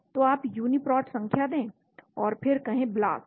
तो आप यूनीप्रोट संख्या दें और फिर कहें ब्लास्ट